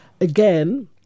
again